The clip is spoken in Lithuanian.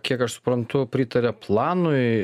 kiek aš suprantu pritarė planui